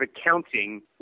accounting